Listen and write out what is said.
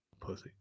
Pussy